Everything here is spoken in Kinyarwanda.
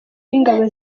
n’ingabo